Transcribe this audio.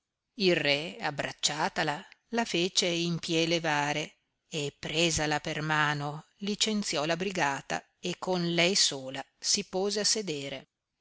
il re abbracciatala la fece in pie levare e presala per mano licenziò la brigata e con lei sola si pose a sedere